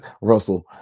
Russell